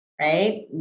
right